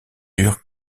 eurent